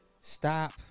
Stop